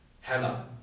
hella